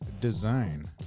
Design